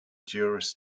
juris